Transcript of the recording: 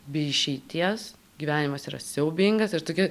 be išeities gyvenimas yra siaubingas ir tokia